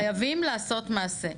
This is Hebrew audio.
חייבים לעשות מעשה,